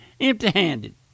Empty-handed